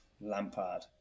Lampard